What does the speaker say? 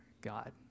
God